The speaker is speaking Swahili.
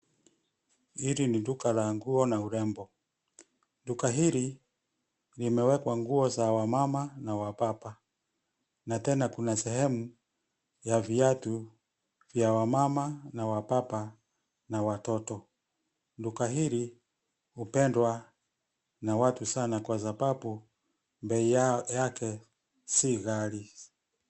Hili ni duka la nguo na urembo, duka hili limewekwa nguo za wamama na wababa na tena kuna sehemu ya viatu vya wamama, wababa na watoto . Duka hili hupendwa na watu sana kwa sababu bei yake si ghali.